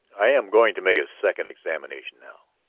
i am going to make a second examination now.